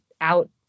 out